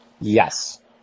Yes